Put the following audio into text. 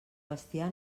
bestiar